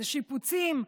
לשיפוצים,